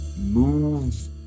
move